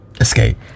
escape